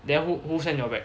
then who who send you all back